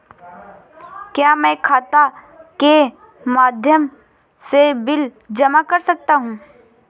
क्या मैं खाता के माध्यम से बिल जमा कर सकता हूँ?